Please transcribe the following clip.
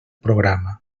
programa